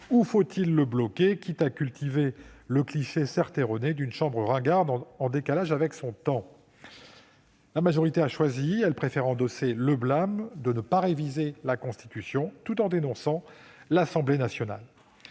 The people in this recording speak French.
ou faut-il le bloquer, quitte à cultiver le cliché, certes erroné, d'une chambre ringarde en décalage avec son temps ? La majorité sénatoriale a choisi : elle préfère endosser le blâme de ne pas réviser la Constitution, tout en dénonçant l'Assemblée nationale.